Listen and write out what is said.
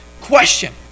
question